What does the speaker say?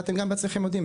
אתם גם בעצמכם יודעים,